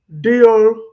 deal